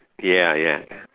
ya ya